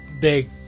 big